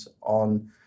on